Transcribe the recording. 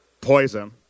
poison